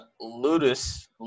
Ludus